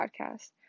podcast